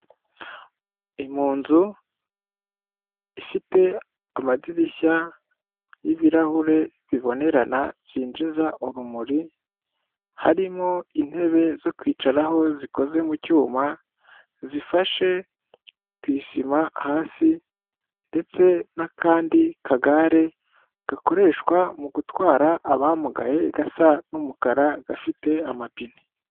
Ni mu nzu ifite amadirishya y'ibirahure bibonerana byinjiza urumuri, harimo intebe zo kwicaraho zikoze mu cyuma zifashe ku isima hasi ndetse n'akandi kagare gakoreshwa mu gutwara abamugaye gasa n'umukara gafite amapine.